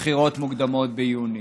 ובחירות מוקדמות ביוני.